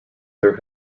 there